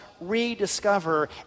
rediscover